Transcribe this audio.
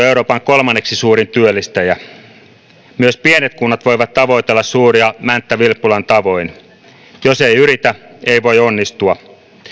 euroopan kolmanneksi suurin työllistäjä myös pienet kunnat voivat tavoitella suuria mänttä vilppulan tavoin jos ei yritä ei voi onnistua